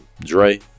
Dre